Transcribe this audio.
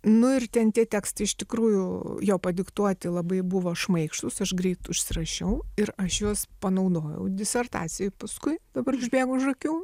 nu ir ten tie tekstai iš tikrųjų jo padiktuoti labai buvo šmaikštūs aš greit užsirašiau ir aš juos panaudojau disertacijoj paskui dabar užbėgu už akių